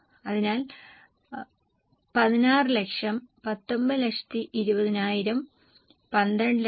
അതിനാൽ 1600000 1920000 1200000 4720000